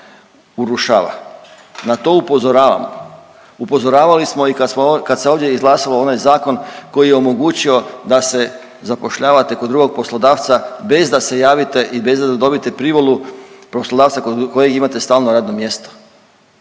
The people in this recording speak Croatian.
urušava, na to upozoravamo. Upozoravali smo i kad se ovdje izglasao onaj zakon koji je omogućio da se zapošljavate kod drugog poslodavca bez da se javite i bez da dobijete privolu poslodavca kod kojeg imate stalno radno mjesto.